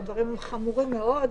הדברים חמורים מאוד,